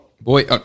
Boy